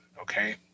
okay